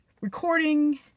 recording